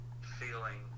feeling